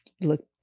look